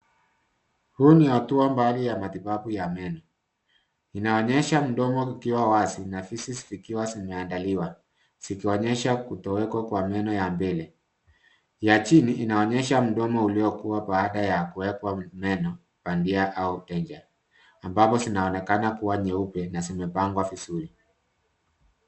Huu ni hatua mbali ya matibabu ya meno. Inaonyesha mdomo ukiwa wazi na fizi vikiwa vimeandaliwa zikionyesha kutoweka kwa meno ya mbele. Ya chini inaonyesha mdomo uliokua baada ya kuwekwa meno bandia au dentures ambapo zinaonekana kuwa nyeupe na zimepangwa vizuri.